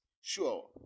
Sure